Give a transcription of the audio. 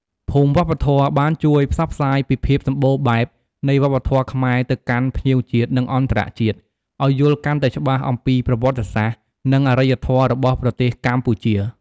ភូមិវប្បធម៌បានជួយផ្សព្វផ្សាយពីភាពសម្បូរបែបនៃវប្បធម៌ខ្មែរទៅកាន់ភ្ញៀវជាតិ និងអន្តរជាតិ ឲ្យយល់កាន់តែច្បាស់អំពីប្រវត្តិសាស្ត្រ និងអរិយធម៌របស់ប្រទេសកម្ពុជា។